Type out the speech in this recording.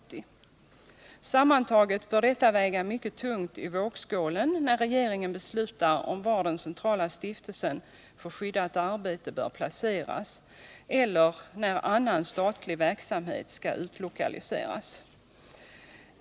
Sammantaget bör detta väga mycket tungt i vågskålen när regeringen beslutar om var den centrala stiftelsen för skyddat arbete bör placeras, eller när annan statlig verksamhet skall utlokaliseras.